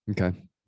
Okay